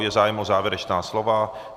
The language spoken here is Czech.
Je zájem o závěrečná slova?